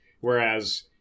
whereas